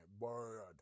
bird